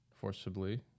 forcibly